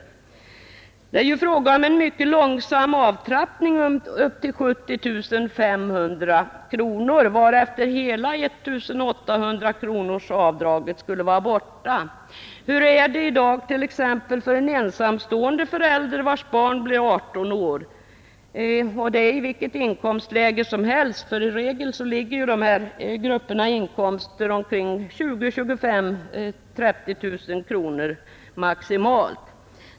Det är ju fråga om en mycket långsam avtrappning upp till 70 500 kronor, varefter hela 1 800-kronorsavdraget skulle vara borta. Hur är det i dag t.ex. för en ensamstående förälder vars barn blir 18 år, och det i vilket inkomstläge som helst? I regel ligger ju inkomsten i den gruppen vid 20 000-30 000 kronor.